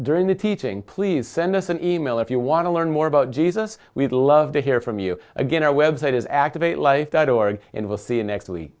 during the teaching please send us an e mail if you want to learn more about jesus we'd love to hear from you again our web site is activate life dot org and we'll see